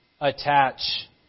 attach